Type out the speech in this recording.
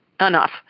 enough